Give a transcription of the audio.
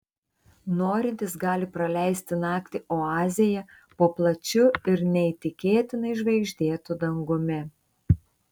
norintys gali praleisti naktį oazėje po plačiu ir neįtikėtinai žvaigždėtu dangumi